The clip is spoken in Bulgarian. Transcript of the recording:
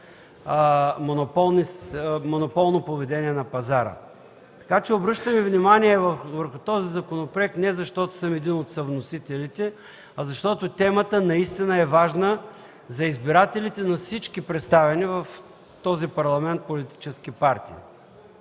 монополно поведение на пазара. Обръщам Ви внимание върху този законопроект, не защото съм един от съвносителите, а защото темата наистина е важна за избирателите на всички представени политически партии